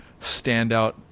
standout